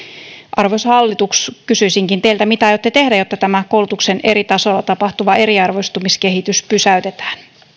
arvoisa hallitus kysyisinkin teiltä mitä aiotte tehdä jotta tämä koulutuksen eri tasoilla tapahtuva eriarvoistumiskehitys pysäytetään